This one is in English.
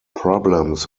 problems